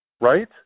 right